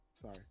Sorry